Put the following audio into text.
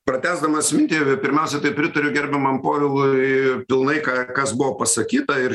pratęsdamas mintį pirmiausia tai pritariu gerbiamam povilui pilnai ką kas buvo pasakyta ir